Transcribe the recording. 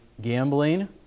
gambling